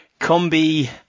Combi